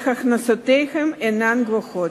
גבוהות.